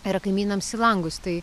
yra kaimynams į langus tai